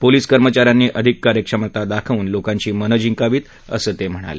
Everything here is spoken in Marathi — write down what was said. पोलीस कर्मचा यांनी अधिक कार्यक्षमता दाखवून लोकांची मनं जिंकावी असं ते म्हणाले